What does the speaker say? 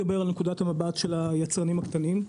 נקודת המבט של היצרנים הקטנים.